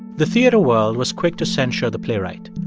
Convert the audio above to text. the theater world was quick to censure the playwright.